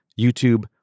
YouTube